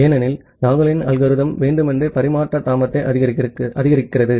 ஏனெனில் நாகலின் அல்கோரிதம் வேண்டுமென்றே பரிமாற்ற தாமதத்தை அதிகரிக்கிறது